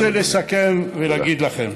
אני רוצה לסכם ולהגיד לכם: